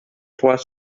trois